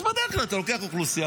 אז בדרך כלל אתה לוקח אוכלוסייה,